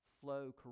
flow